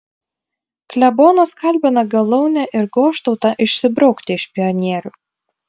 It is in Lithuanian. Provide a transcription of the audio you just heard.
klebonas kalbina galaunę ir goštautą išsibraukti iš pionierių